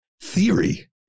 theory